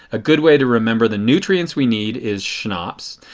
a good way to remember the nutrients we need is chnops.